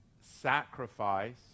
sacrifice